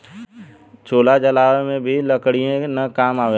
चूल्हा जलावे में भी लकड़ीये न काम आवेला